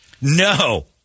no